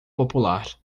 popular